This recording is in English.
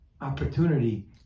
opportunity